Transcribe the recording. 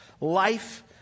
life